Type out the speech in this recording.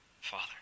Father